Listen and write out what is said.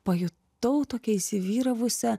pajutau tokią įsivyravusią